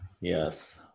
Yes